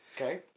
Okay